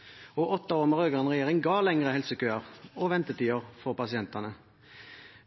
institusjoner. Åtte år med rød-grønn regjering ga lengre helsekøer og ventetid for pasientene.